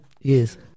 yes